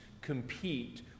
compete